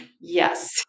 yes